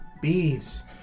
Bees